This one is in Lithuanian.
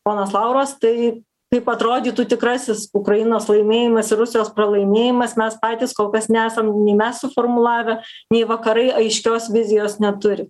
ponas lauras tai kaip atrodytų tikrasis ukrainos laimėjimas ir rusijos pralaimėjimas mes patys kol kas nesam nei mes suformulavę nei vakarai aiškios vizijos neturi